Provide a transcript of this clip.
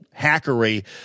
hackery